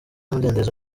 umudendezo